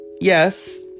yes